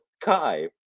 Kai